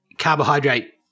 carbohydrate